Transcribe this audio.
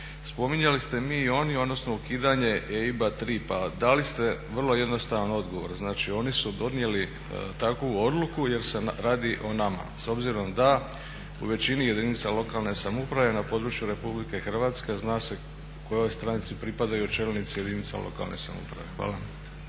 Spominjali ste mi i oni, odnosno ukidanje EIB-a tri, pa dali ste vrlo jednostavan odgovor. Znači oni su donijeli takvu odluku jer se radi o nama s obzirom da u većini jedinica lokalne samouprave na području Republike Hrvatske zna se kojoj stranci pripadaju čelnici jedinica lokalne samouprave. Hvala.